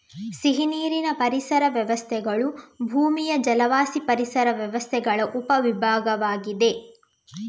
ಸಿಹಿನೀರಿನ ಪರಿಸರ ವ್ಯವಸ್ಥೆಗಳು ಭೂಮಿಯ ಜಲವಾಸಿ ಪರಿಸರ ವ್ಯವಸ್ಥೆಗಳ ಉಪ ವಿಭಾಗವಾಗಿದೆ